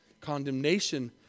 Condemnation